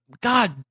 god